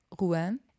Rouen